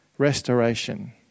Restoration